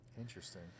Interesting